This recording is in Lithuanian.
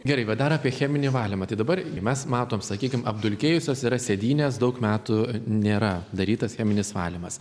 gerai bet dar apie cheminį valymą tai dabar mes matom sakykim apdulkėjusios yra sėdynės daug metų nėra darytas cheminis valymas